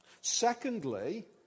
Secondly